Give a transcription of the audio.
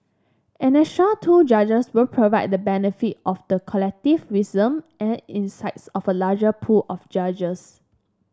an extra two judges will provide the benefit of the collective wisdom and insights of a larger pool of judges